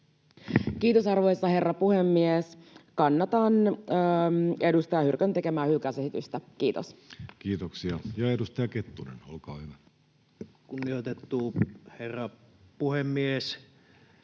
Kiitos, arvoisa herra puhemies! Kannatan edustaja Hyrkön tekemää hylkäysesitystä. — Kiitos. Kiitoksia. — Ja edustaja Kettunen, olkaa hyvä. Kunnioitettu herra puhemies!